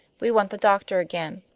we want the doctor again.